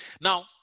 Now